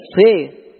say